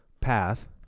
path